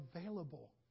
available